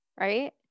right